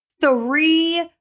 three